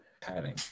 Padding